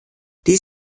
dies